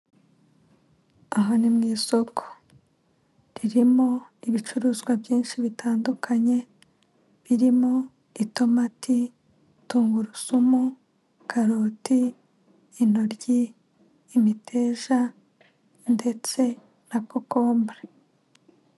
Aha ni mu isoko ririmo ibicuruzwa byinshi bitandukanye birimo itomati, tungurusumu, karoti, intoryi, imiteja ndetse na kokombure.